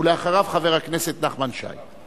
ואחריו, חבר הכנסת נחמן שי.